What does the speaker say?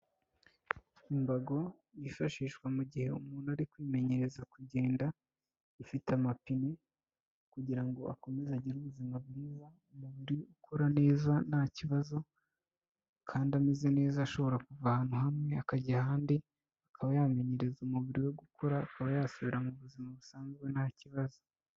Imbago yifashishwa mu gihe umuntu arikwimenyereza kugenda, ifite amapine kugira ngo akomeze agire ubuzima bwiza. Umubiri ukora neza nta kibazo kandi ameze neza ashobora kuva ahantu hamwe akajya ahandi, akaba yamenyereza umubiri we gukora. Akaba yasubira mu buzima busanzwe nta kibazo.